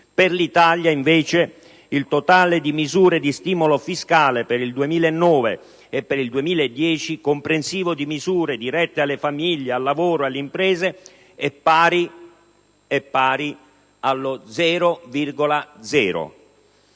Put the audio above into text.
Per l'Italia, invece, il totale di misure di stimolo fiscale per il 2009 e per il 2010, comprensivo di misure dirette alle famiglie, al lavoro e alle imprese, è pari allo 0,0.